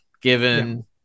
given